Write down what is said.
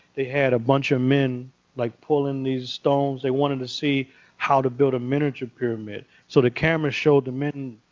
they had a bunch of men like pulling these stones. they wanted to see how to build a miniature pyramid. so the camera showed the men,